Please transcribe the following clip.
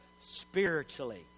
spiritually